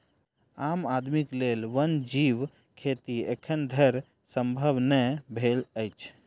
आम आदमीक लेल वन्य जीव खेती एखन धरि संभव नै भेल अछि